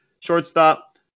shortstop